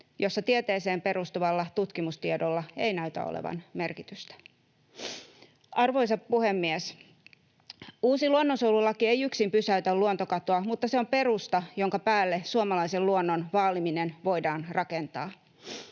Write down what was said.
jossa tieteeseen perustuvalla tutkimustiedolla ei näytä olevan merkitystä. Arvoisa puhemies! Uusi luonnonsuojelulaki ei yksin pysäytä luontokatoa, mutta se on perusta, jonka päälle suomalaisen luonnon vaaliminen voidaan rakentaa.